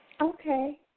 Okay